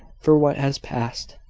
for what has passed.